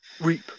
reap